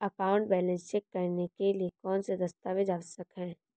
Account balance check करने के लिए कौनसे दस्तावेज़ आवश्यक हैं?